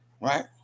Right